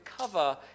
cover